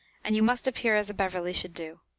and you must appear as a beverley should do.